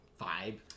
vibe